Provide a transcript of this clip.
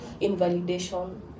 invalidation